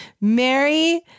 Mary